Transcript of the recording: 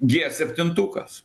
gie septintukas